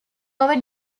over